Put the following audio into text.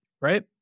right